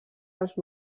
dels